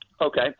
Okay